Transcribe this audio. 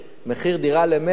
מחיר דירה לפי מטר,